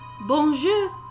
Bonjour